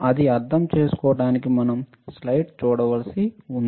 అది అర్థం చేసుకోవడానికి మనం స్లైడ్ చూడవలసి ఉంది